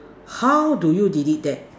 how do you delete that